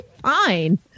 fine